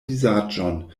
vizaĝon